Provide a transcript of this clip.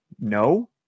No